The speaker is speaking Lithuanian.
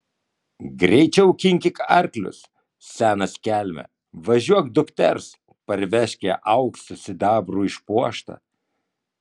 greičiau kinkyk arklius senas kelme važiuok dukters parvežk ją auksu sidabru išpuoštą